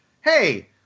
hey